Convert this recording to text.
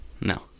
No